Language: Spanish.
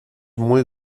muy